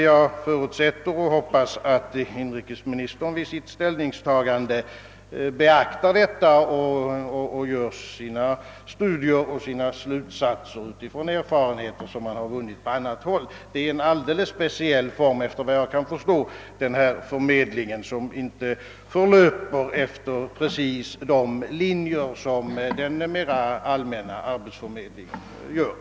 Jag förutsätter och hoppas att inrikesministern vid sitt ställningstagande studerar de erfarenheter som vunnits på annat håll och drar slutsatser därav. Denna förmedling är, efter vad jag förstår, av en alldeles speciell art och löper inte efter precis samma linjer som övrig arbetsförmedling. Svar på fråga ang. möjligheterna att ta hand om personer som har eller haft för avsikt att beröva sig livet